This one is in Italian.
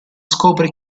scopre